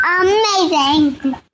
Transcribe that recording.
Amazing